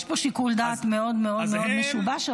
יש פה שיקול דעת מאוד מאוד מאוד משובש,